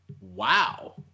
Wow